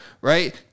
right